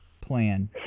plan